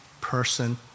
person